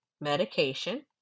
medication